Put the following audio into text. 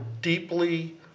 deeply